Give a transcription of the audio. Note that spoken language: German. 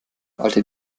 alte